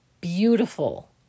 beautiful